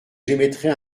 j’émettrai